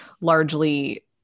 largely